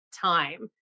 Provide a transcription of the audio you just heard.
time